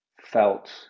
felt